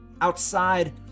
outside